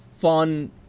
fun